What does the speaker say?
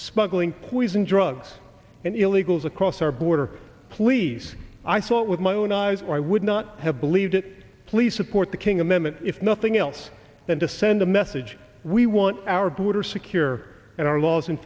poison drugs and illegals across our border please i saw it with my own eyes or i would not have believed it please support the king amendment if nothing else than to send a message we want our border secure and our laws in